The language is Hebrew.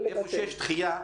שיש דחייה,